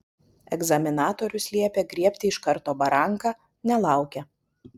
egzaminatorius liepė griebti iš karto baranką nelaukė